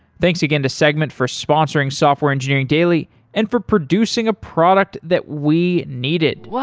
thanks again to segment for sponsoring software engineering daily and for producing a product that we needed